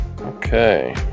okay